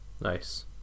Nice